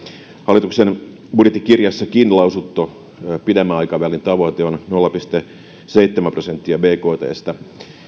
hallituksen budjettikirjassakin lausuttu pidemmän aikavälin tavoite on nolla pilkku seitsemän prosenttia bktsta